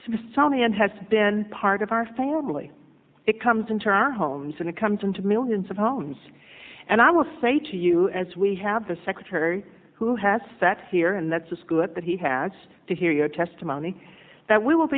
smithsonian has been part of our family it comes into our homes when it comes into millions of homes and i will say to you as we have the secretary who has that here and that's good that he has to hear your testimony that we will